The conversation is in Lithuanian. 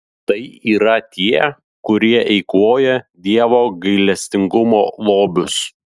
tai yra tie kurie eikvoja dievo gailestingumo lobius